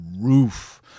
roof